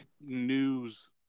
news